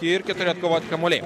ir keturi atkovoti kamuoliai